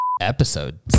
episode